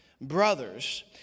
Brothers